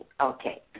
okay